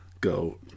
Go